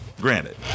granted